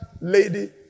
lady